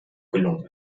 gelungen